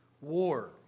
war